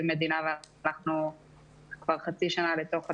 מדינה ואנחנו כבר חצי שנה לתוך התקציב.